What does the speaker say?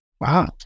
Wow